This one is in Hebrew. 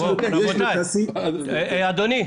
אדוני,